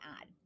add